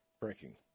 Breaking